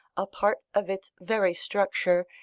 a part of its very structure,